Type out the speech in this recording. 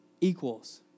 equals